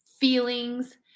feelings